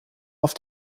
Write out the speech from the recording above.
auf